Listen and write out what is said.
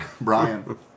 Brian